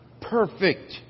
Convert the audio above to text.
perfect